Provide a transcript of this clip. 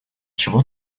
чего